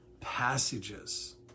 passages